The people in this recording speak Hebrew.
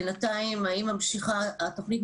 בינתיים האם ממשיכה התוכנית?